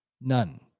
None